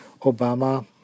Obama